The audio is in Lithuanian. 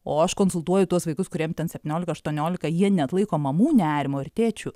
o aš konsultuoju tuos vaikus kuriem ten septyniolika aštuoniolika jie neatlaiko mamų nerimo ir tėčių